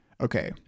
Okay